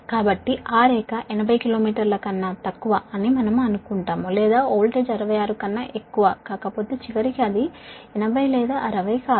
కాబట్టి ఆ లైన్ 80 కిలోమీటర్ల కన్నా తక్కువ అని మనము అనుకుందాము లేదా ఒకవేళ వోల్టేజ్ 66 కన్నా ఎక్కువ కాకపోతే చివరికి అది 80 లేదా 60 కాదు